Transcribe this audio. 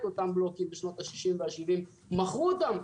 אותם בלוקים בשנות ה-60 וה-70 מכרו אותם.